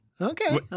Okay